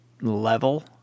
level